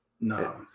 No